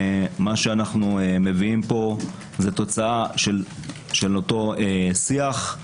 מה שאנחנו מביאים פה זאת תוצאה של אותו שיח.